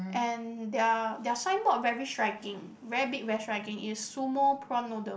and their their signboard very striking very big very striking is sumo prawn noodle